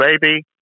baby